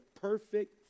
perfect